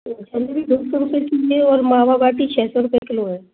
जलेबी दो सौ रुपए के लिए और मावा बाटी छः सौ रुपए किलो है